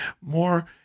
more